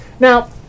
Now